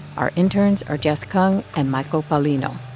our interns are jess kung and michael paulino.